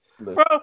Bro